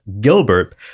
Gilbert